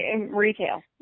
retail